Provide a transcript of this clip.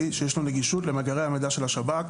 שיש לו נגישות למאגרי המידע של השב"כ.